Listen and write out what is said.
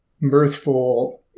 mirthful